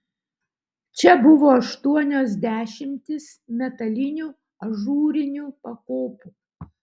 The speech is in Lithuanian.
čia buvo aštuonios dešimtys metalinių ažūrinių pakopų